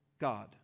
God